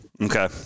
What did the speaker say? Okay